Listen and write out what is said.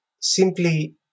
simply